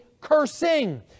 cursing